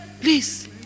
Please